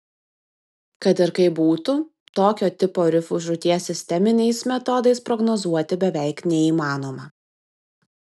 kad ir kaip būtų tokio tipo rifų žūties sisteminiais metodais prognozuoti beveik neįmanoma